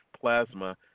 plasma